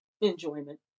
enjoyment